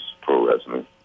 pro-wrestling